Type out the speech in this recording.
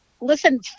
listen